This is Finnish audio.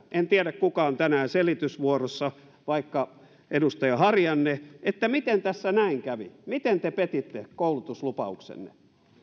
en tiedä kuka on tänään selitysvuorossa vaikka edustaja harjanne mutta nyt kysyn teiltä vihreiltä miten tässä näin kävi miten te petitte koulutuslupauksenne